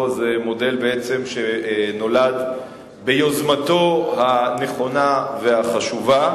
זה מודל שנולד ביוזמתו הנכונה והחשובה,